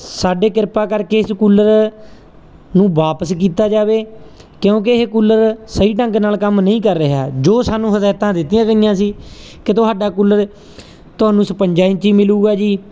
ਸਾਡੇ ਕਿਰਪਾ ਕਰਕੇ ਇਸ ਕੂਲਰ ਨੂੰ ਵਾਪਸ ਕੀਤਾ ਜਾਵੇ ਕਿਉਂਕਿ ਇਹ ਕੂਲਰ ਸਹੀ ਢੰਗ ਨਾਲ ਕੰਮ ਨਹੀਂ ਕਰ ਰਿਹਾ ਜੋ ਸਾਨੂੰ ਹਦਾਇਤਾਂ ਦਿੱਤੀਆਂ ਗਈਆਂ ਸੀ ਕਿ ਤੁਹਾਡਾ ਕੂਲਰ ਤੁਹਾਨੂੰ ਛਪੰਜਾ ਇੰਚੀ ਮਿਲੂਗਾ ਜੀ